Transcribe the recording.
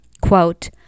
quote